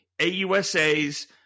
AUSA's